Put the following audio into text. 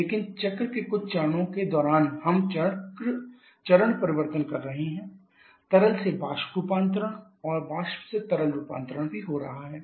लेकिन चक्र के कुछ चरणों के दौरान हम चरण परिवर्तन कर रहे हैं तरल से वाष्प रूपांतरण और वाष्प से तरल रूपांतरण भी हो रहा है